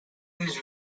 was